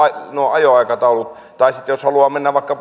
ajoaikataulut tai sitten jos haluaa mennä vaikka